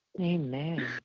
Amen